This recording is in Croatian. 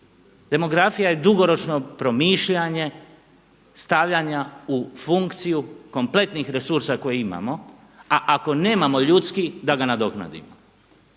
demografija je dugoročno promišljanje stavljanja u funkciju kompletnih resursa koje imamo a ako nemamo ljudskih da ga nadoknadimo.